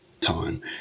time